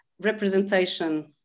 Representation